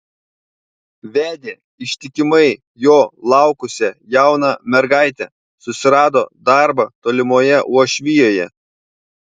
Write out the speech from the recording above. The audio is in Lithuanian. vedė ištikimai jo laukusią jauną mergaitę susirado darbą tolimoje uošvijoje